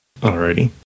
Alrighty